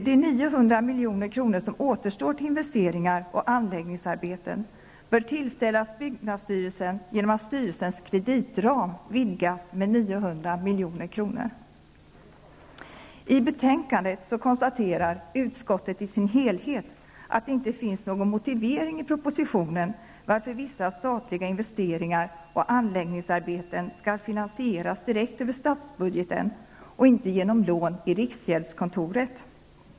De 900 milj.kr. som återstår till investeringar och anläggningsarbeten bör tillställas byggnadsstyrelsen genom att styrelsens kreditram vidgas med 900 milj.kr. I betänkandet konstaterar utskottet i sin helhet att det inte finns någon motivering i propositionen, varför vissa statliga investeringar och anläggningsarbeten skall finansieras direkt över statsbudgeten och inte genom lån i riksgäldskontoret.